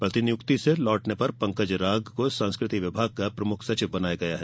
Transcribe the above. प्रतिनियुक्ति से लौटने पर पंकज राग को संस्कृति विभाग का प्रमुख सचिव बनाया गया है